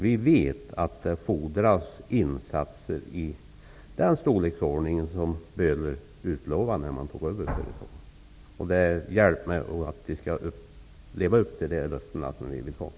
Vi vet att det fordras insatser i den storleksordning Böhler utlovade när de tog över företaget. Vi vill att de skall få hjälp med att leva upp till dessa löften.